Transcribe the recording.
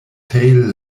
tail